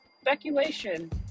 speculation